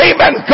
Amen